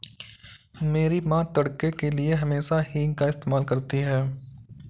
मेरी मां तड़के के लिए हमेशा हींग का इस्तेमाल करती हैं